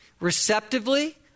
receptively